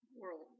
world